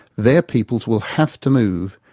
their peoples will have to move,